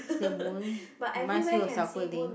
the moon reminds you of Xiao-Guilin